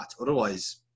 Otherwise